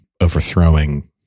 overthrowing